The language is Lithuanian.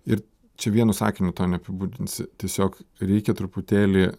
ir čia vienu sakiniu to neapibūdinsi tiesiog reikia truputėlį